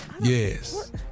Yes